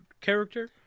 character